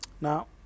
Now